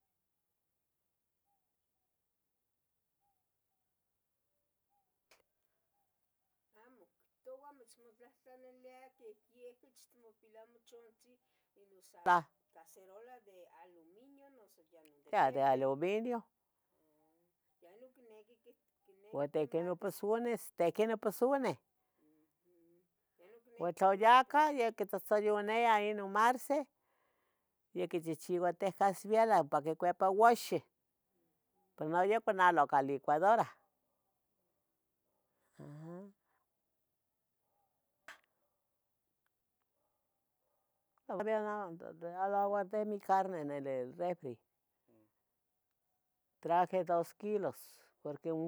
Ruido Amo quihtoua, miztmotlahtlailiya que yeh itcomopiyalia mochachantzin Tah cacerolas de aluminio noso yah non de peltre? Tah, tah de alumino. ¿teh quenih pusunih? tla ya cah, quitzoyonia Inon Marce ya quichehcheuatiu casviela opa quicuipatiu uaxeh pero non yopanoca ica licuadora, ajan todavía no ya lo guarde mi carne en el refri, traje dos kilios porque